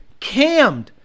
Cammed